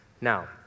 Now